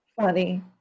funny